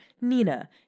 Nina